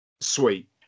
sweet